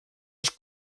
els